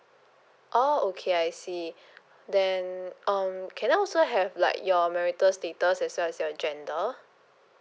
oh okay I see then um can I also have like your marital status as well as your gender